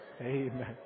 Amen